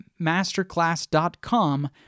masterclass.com